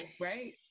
right